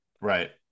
Right